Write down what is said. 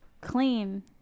clean